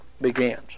begins